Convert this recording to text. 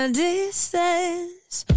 distance